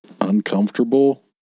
uncomfortable